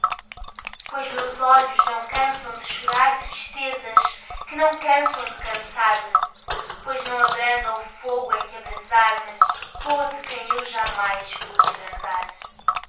pois meus olhos não cansam de chorar tristezas que não cansam de cansar me pois não abranda o fogo em que abrasar me pôde quem eu jamais pude abrandar